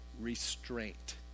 restraint